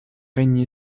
régné